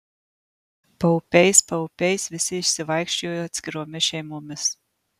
paupiais paupiais visi išsivaikščiojo atskiromis šeimomis